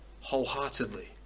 wholeheartedly